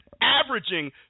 averaging